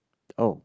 oh